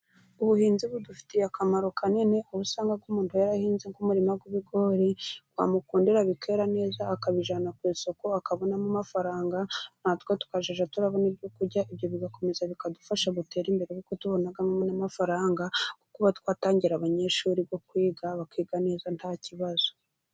Ubuhinzi budufitiye akamaro kanini, aho usanga umuntu yarahinze nk'umurima w'ibigori wamukundira bikera neza, akabijyana ku isoko akabonamo amafaranga ntatwe tukazajya turabona ibyo kurya, ibyo bigakomeza bikadufasha gutera imbere kuko tubonamo n'amafaranga kuko twatangira abanyeshuri bo kwiga bakiga neza ntakibazo.